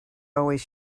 always